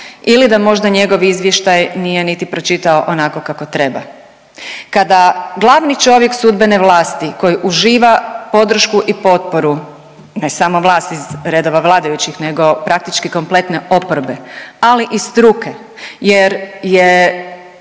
ili da možda njegov izvještaj nije niti pročitao onako kako treba. Kada glavni čovjek sudbene vlasti koji uživa podršku i potporu ne samo vlasti iz redova vladajućih nego praktički cijele oporbe, ali i struke jer je